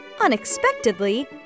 Unexpectedly